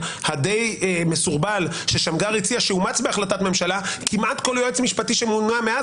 כל הבעיות של ממשלת מעבר,